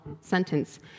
sentence